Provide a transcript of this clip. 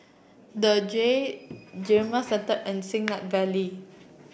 the Jade Gamden Centre and Siglap Valley